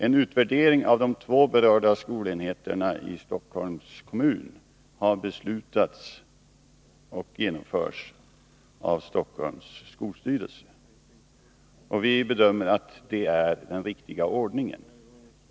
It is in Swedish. En utvärdering av de två berörda skolenheterna i Stockholms kommun har beslutats och genomförts av Stockholms skolstyrelse. Vi bedömer att det är den riktiga ordningen.